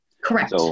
Correct